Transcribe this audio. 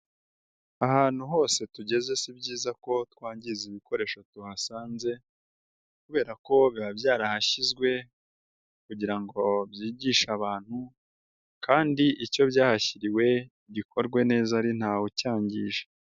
Ahantu hose tugeze si byiza ko twangiza ibikoresho tuhasanze kubera ko biba byarahashyizwe kugira ngo byigishe abantu kandi icyo byahashyiriwe gikorwe neza ari ntawe cyangije.